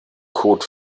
code